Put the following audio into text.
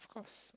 of course